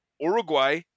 Uruguay